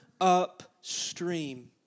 upstream